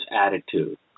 attitude